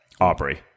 Aubrey